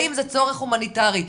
האם זה צורך הומניטרי?